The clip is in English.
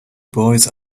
boys